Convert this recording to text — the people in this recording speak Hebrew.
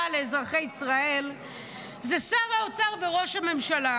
לאזרחי ישראל זה שר האוצר וראש הממשלה,